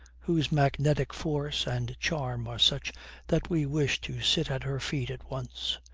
whose magnetic force and charm are such that we wish to sit at her feet at once.